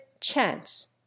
chance